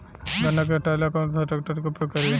गन्ना के कटाई ला कौन सा ट्रैकटर के उपयोग करी?